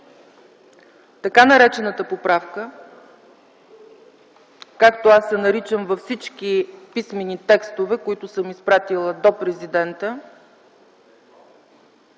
така наречената поправка, както аз я наричам, във всички писмени текстове, които съм изпратила до президента,